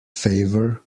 favor